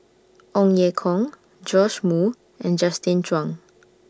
Ong Ye Kung Joash Moo and Justin Zhuang